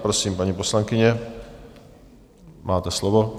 Prosím, paní poslankyně, máte slovo.